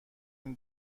این